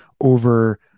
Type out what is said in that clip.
over